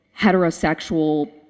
heterosexual